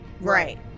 Right